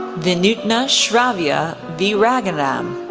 vinutna sravya veeragandham,